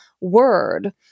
word